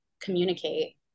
communicate